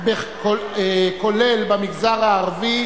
כולל במגזר הערבי,